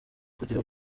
kugira